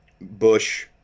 bush